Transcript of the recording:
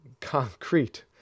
concrete